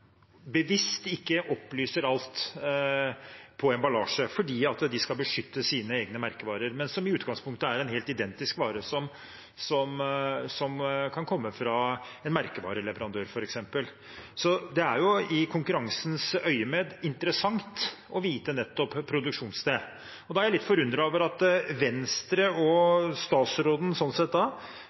bevisst ikke opplyser om alt på emballasjen, fordi de skal beskytte sine egne merkevarer – som i utgangspunktet kan være helt identisk med en vare som kommer fra en merkevareleverandør, f.eks. Det er jo i konkurranseøyemed interessant å få vite nettopp produksjonssted. Da er jeg litt forundret over at Venstre og statsråden